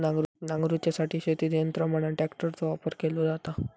नांगरूच्यासाठी शेतीत यंत्र म्हणान ट्रॅक्टरचो वापर केलो जाता